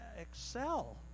excel